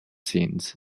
scenes